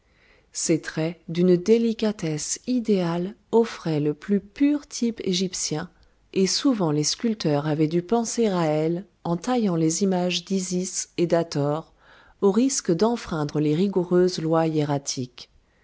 ses traits d'une délicatesse idéale offraient le plus pur type égyptien et souvent les sculpteurs avaient dû penser à elle en taillant les images d'isis et d'hâthor au risque d'enfreindre les rigoureuses